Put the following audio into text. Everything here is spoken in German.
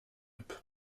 hip